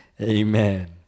Amen